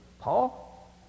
Paul